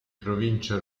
provincia